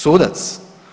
Sudac?